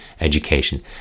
education